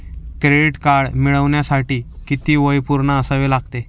Credit card मिळवण्यासाठी किती वय पूर्ण असावे लागते?